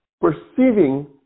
perceiving